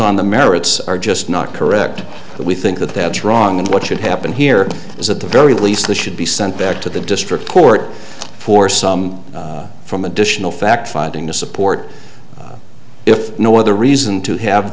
on the merits are just not correct but we think that's wrong and what should happen here is at the very least it should be sent back to the district court for some from additional fact finding the support if no other reason to have